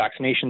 vaccinations